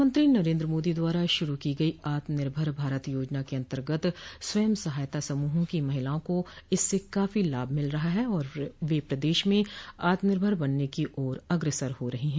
प्रधानमंत्री नरेन्द्र मोदी द्वारा शुरू की गई आत्मनिर्भर भारत योजना के अन्तर्गत स्वयं सहायता समूहों की महिलाओं को इससे काफी लाभ मिल रहा है और वे प्रदेश में आत्मनिर्भर बनने की ओर अग्रसर हो रही है